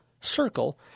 Circle